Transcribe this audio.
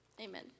Amen